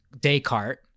Descartes